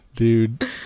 Dude